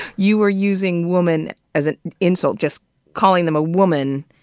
you were using woman as an insult? just calling them a woman.